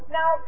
Now